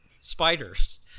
spiders